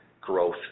growth